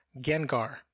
Gengar